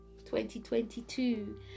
2022